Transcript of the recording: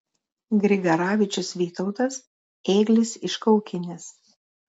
grigaravičius vytautas ėglis iš kaukinės